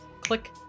click